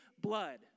blood